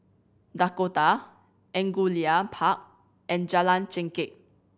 Dakota Angullia Park and Jalan Chengkek